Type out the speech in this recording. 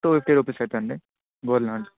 two fifty rupees అవుతుంది gorilla